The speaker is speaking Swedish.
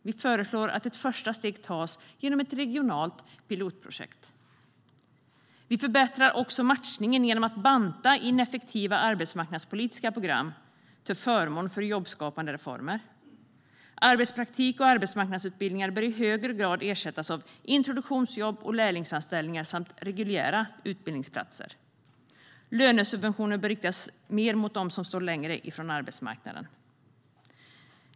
Vi föreslår att ett första steg tas genom ett regionalt pilotprojekt. Vi förbättrar också matchningen genom att banta ineffektiva arbetsmarknadspolitiska program till förmån för jobbskapande reformer. Arbetspraktik och arbetsmarknadsutbildningar bör i högre grad ersättas av introduktionsjobb och lärlingsanställningar samt reguljära utbildningsplatser. Lönesubventioner bör riktas mer mot dem som står längre från arbetsmarknaden.